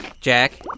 Jack